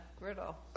griddle